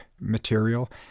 material